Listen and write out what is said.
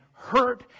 hurt